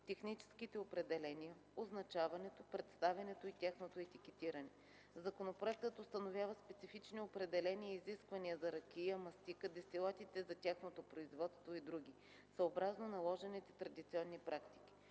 техническите определения, означаването, представянето и тяхното етикетиране. Законопроектът установява специфични определения и изисквания за ракия, мастика, дестилатите за тяхното производство и др., съобразно наложените традиционни практики.